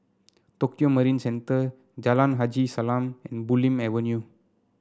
Tokio Marine Centre Jalan Haji Salam and Bulim Avenue